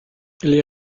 les